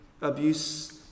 Abuse